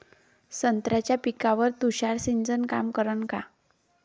संत्र्याच्या पिकावर तुषार सिंचन काम करन का?